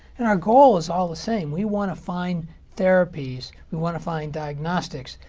then our goal is all the same. we want to find therapies, we want to find diagnostics,